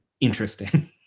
interesting